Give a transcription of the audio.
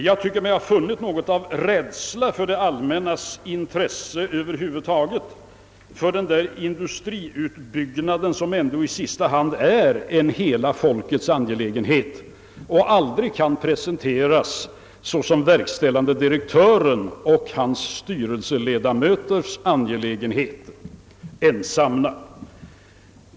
Jag tycker mig ha funnit något av rädsla för det allmännas intresse över huvud taget, för denna industriutbyggnad, som ändå i sista hand är en hela folkets angelägenhet och aldrig kan presenteras såsom verkställande direktörens och hans styrelseledamöters privatsak.